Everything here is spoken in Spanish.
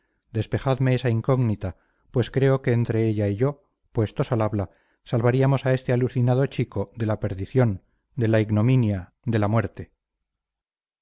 despejadme esa incógnita pues creo que entre ella y yo puestos al habla salvaríamos a este alucinado chico de la perdición de la ignominia de la muerte